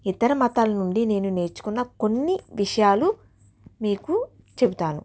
ఇతర మతాల నుండి నేను నేర్చుకున్న కొన్ని విషయాలు మీకు చెబుతాను